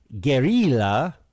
guerrilla